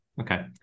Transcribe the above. okay